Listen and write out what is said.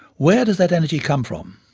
where does that energy come from?